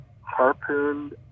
harpooned